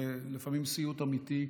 זה לפעמים סיוט אמיתי.